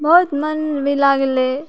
बहुत मोन भी लागलै